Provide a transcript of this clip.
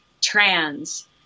trans